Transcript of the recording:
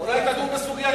אולי נתחיל בהוקעת